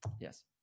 yes